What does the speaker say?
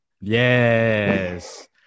Yes